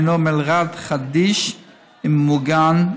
והינו מלר"ד חדיש וממוגן,